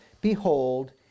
behold